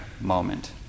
moment